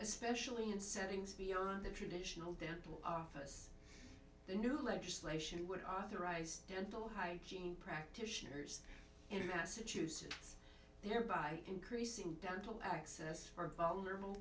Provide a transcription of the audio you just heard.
especially in settings beyond the traditional dental office the new legislation would authorize dental hygiene practitioners in massachusetts thereby increasing dental access for vulnerable